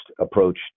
approach